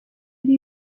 yari